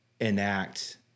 enact